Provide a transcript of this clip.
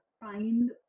find